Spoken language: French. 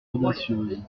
audacieuse